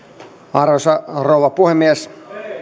arvoisa rouva puhemies